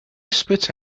spit